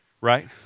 Right